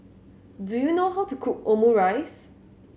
do you know how to cook Omurice